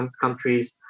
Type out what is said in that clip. countries